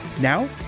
Now